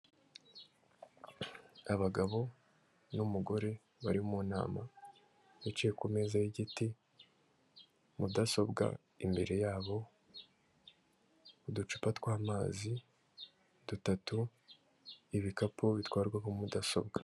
Abagabo n'umugore bari mu nama, bicaye ku meza y'igiti, mudasobwa imbere yabo, uducupa tw'amazi dutatu, ibikapu bitwarwamo mudasobwa.